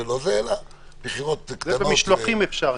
מה קורה איתך?